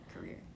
career